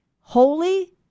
holy